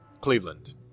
Cleveland